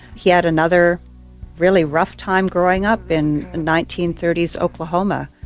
he had another really rough time growing up in nineteen thirty s oklahoma.